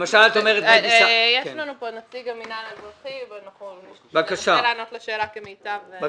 נמצא פה נציג המינהל האזרחי והוא ינסה לענות לשאלה כמיטב יכולתו.